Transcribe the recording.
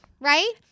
right